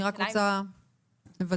אני רק רוצה לוודא.